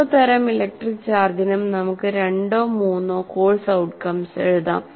ഓരോ തരം ഇലക്ട്രിക് ചാർജിനും നമുക്ക് രണ്ടോ മൂന്നോ കോഴ്സ് ഔട്ട്കംസ് എഴുതാം